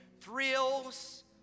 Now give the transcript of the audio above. thrills